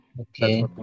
Okay